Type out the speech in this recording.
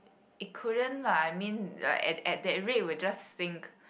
it couldn't lah I mean at at that rate it will just sink